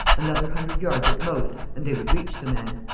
another hundred yards at most and they would reach the man.